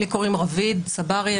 לי קוראים רביד צברי.